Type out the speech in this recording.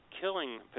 killing